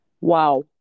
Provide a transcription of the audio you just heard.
wow